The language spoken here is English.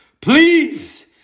Please